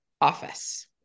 office